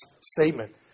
statement